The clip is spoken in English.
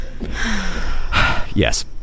Yes